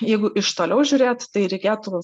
jeigu iš toliau žiūrėt tai reikėtų